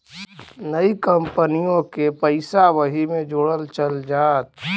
नइकी कंपनिओ के पइसा वही मे जोड़ल चल जात